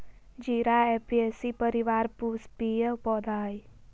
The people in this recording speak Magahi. जीरा ऍपियेशी परिवार पुष्पीय पौधा हइ